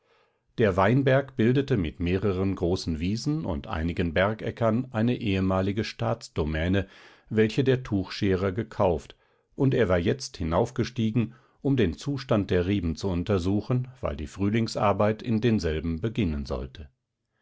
der weinberg bildete mit mehreren großen wiesen und einigen bergäckern eine ehemalige staatsdomäne welche der tuchscherer gekauft und er war jetzt hinaufgestiegen um den zustand der reben zu untersuchen weil die frühlingsarbeit in denselben beginnen sollte